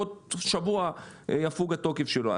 שבעוד שבוע יפוג התוקף שלו.